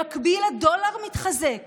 במקביל הדולר מתחזק